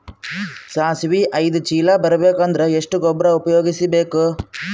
ಸಾಸಿವಿ ಐದು ಚೀಲ ಬರುಬೇಕ ಅಂದ್ರ ಎಷ್ಟ ಗೊಬ್ಬರ ಉಪಯೋಗಿಸಿ ಬೇಕು?